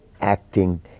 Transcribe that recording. acting